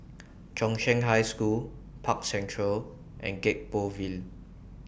Chung Cheng High School Park Central and Gek Poh Ville